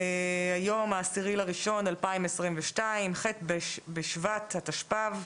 היום ה-10.01.2022, ח' בשבט התשפ"ב.